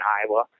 Iowa